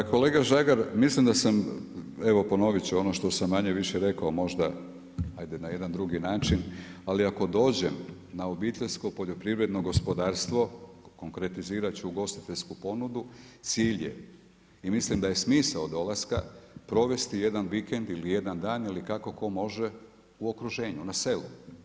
Pa kolega Žagar, mislim da sam, evo ponovit ću ono što sam manje-više rekao možda na jedan drugi način, ali ako dođem na obiteljsko poljoprivredno gospodarstvo, konkretizirat ću ugostiteljsku ponudu, cilj je i mislim da je smisao dolaska provesti jedan vikend, ili jedan dan, ili kako ko može u okruženju, na selu.